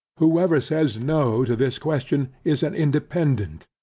whoever says no to this question is an independant,